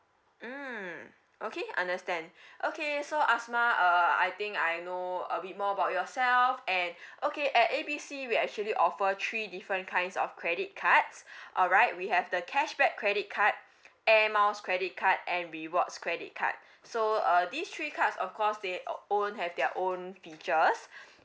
mm okay understand okay so asmah uh uh I think I know a bit more about yourself and okay at A B C we actually offer three different kinds of credit cards all right we have the cashback credit card air miles credit card and rewards credit card so uh these three cards of course they o~ own have their own features